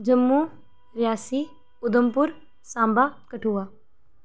Jammu Reasi Udhampur Samba Kathua